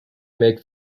make